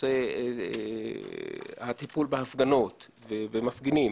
בנושא הטיפול בהפגנות ובמפגינים